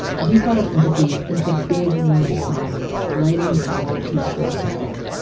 we thought of empathy as the big, warm sun lighting the path to peace for us all.